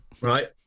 right